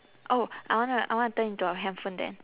oh I wanna I wanna turn into a handphone then